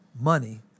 money